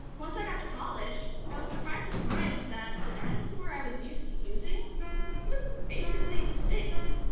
once i got to college, i was surprised to find that the dinosaur i was used to using it was basically extinct.